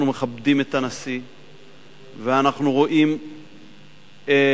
מכבדים את הנשיא ואנחנו רואים חיוניות,